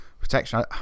protection